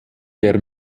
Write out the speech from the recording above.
der